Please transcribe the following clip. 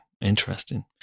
interesting